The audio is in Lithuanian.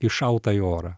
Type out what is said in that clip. iššauta į orą